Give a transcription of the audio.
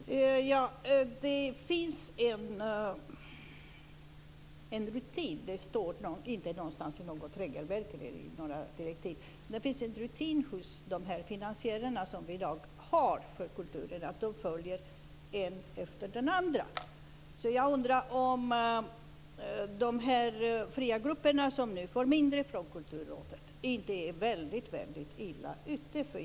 Fru talman! Det finns en rutin, som inte står någonstans i några regelverk eller direktiv, hos de finansiärer som finns i dag för kulturen. Den ena följer efter den andra. Jag undrar om de fria grupperna som nu får mindre pengar från Kulturrådet inte är väldigt illa ute.